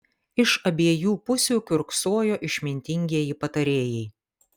iš abiejų pusių kiurksojo išmintingieji patarėjai